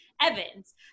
Evans